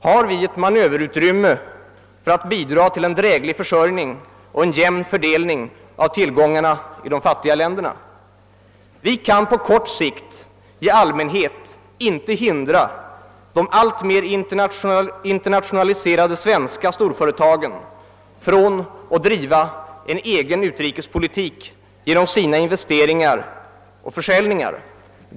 Har vi ett manöverutrymme för att bidra till en dräglig försörjning och en jämn fördelning av tillgångarna i de fattiga länderna? Vi kan på kort sikt i allmänhet inte hindra de alltmer internationaliserade svenska storföretagen att driva en egen utrikespolitik genom sina investeringar och försäljningar.